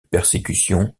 persécutions